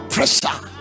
Pressure